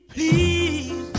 Please